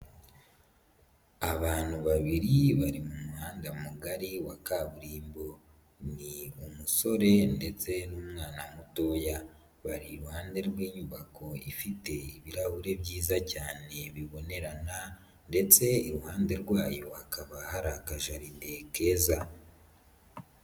Abantu babiri bari mu muhanda mugari wa kaburimbo. Ni umusore ndetse n'umwana mutoya. Bari iruhande rw'inyubako ifite ibirahuri byiza cyane bibonerana ndetse iruhande rwayo hakaba hari akajaride keza.